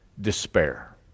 despair